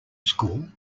school